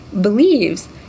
believes